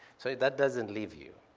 so that doesn't leave you.